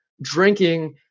drinking